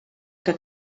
que